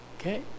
Okay